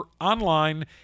online